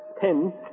ten